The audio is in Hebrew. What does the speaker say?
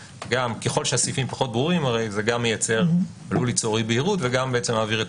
ככל שהסעיפים פחות ברורים עלול לייצר חוסר בהירות וגם מעביר את